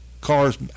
cars